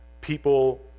people